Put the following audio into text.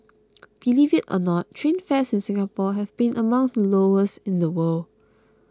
believe it or not train fares in Singapore have been among the lowest in the world